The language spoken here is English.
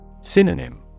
Synonym